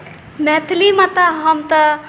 मैथिलीमे तऽ हम तऽ